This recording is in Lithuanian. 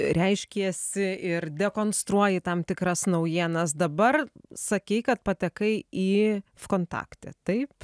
reiškėsi ir dekonstruoji tam tikras naujienas dabar sakei kad patekai į kontakte taip